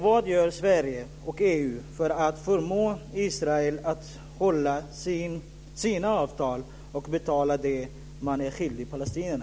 Vad gör Sverige och EU för att förmå Israel att hålla sina avtal och betala det man är skyldig palestinierna?